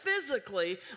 Physically